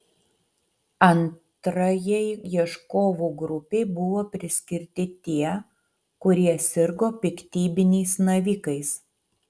antrajai ieškovų grupei buvo priskirti tie kurie sirgo piktybiniais navikais